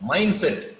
Mindset